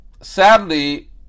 sadly